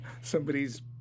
Somebody's